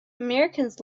americans